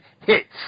hits